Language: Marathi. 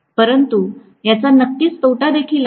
परंतु याचा नक्कीच तोटा देखील आहे